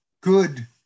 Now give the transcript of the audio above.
good